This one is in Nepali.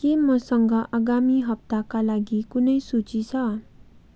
के मसँग अगामी हप्ताका लागि कुनै सूची छ